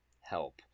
help